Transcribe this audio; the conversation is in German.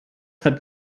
hat